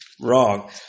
Wrong